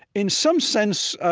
in some sense,